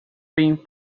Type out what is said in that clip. being